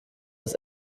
das